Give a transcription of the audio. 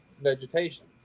vegetation